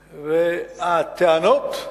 הטענות,